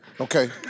Okay